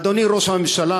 אדוני ראש הממשלה,